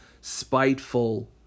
spiteful